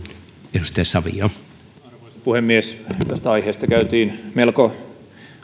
arvoisa puhemies tästä aiheesta käytiin melko